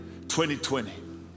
2020